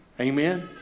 Amen